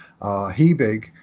Hebig